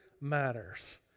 matters